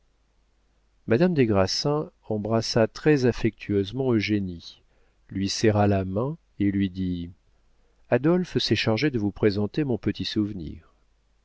madame des grassins embrassa très affectueusement eugénie lui serra la main et lui dit adolphe s'est chargé de vous présenter mon petit souvenir